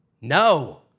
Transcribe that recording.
No